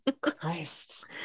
Christ